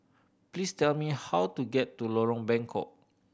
please tell me how to get to Lorong Bengkok